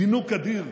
זינוק אדיר,